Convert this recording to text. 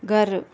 घरु